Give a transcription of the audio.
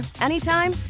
anytime